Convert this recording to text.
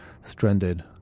stranded